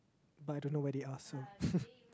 but I don't know where they are so